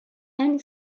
and